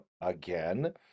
again